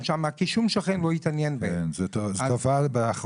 שם באופן כזה כי אף שכן לא התעניין בהם.